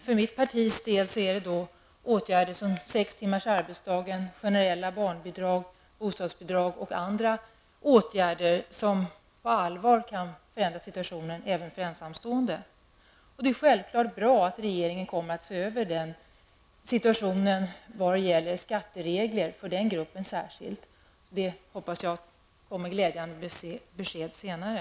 För mitt partis del är det åtgärder som sex timmars arbetsdag, generella barnbidrag, bostadsbidrag och andra åtgärder som på allvar kan förändra situationen även för ensamstående föräldrar. Självfallet är det bra att regeringen kommer att särskilt se över situationen när det gäller skatteregler för den här gruppen. Jag hoppas att det kommer ett glädjande besked senare.